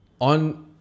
On